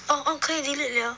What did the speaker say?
orh orh 可以 delete liao